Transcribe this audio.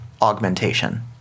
augmentation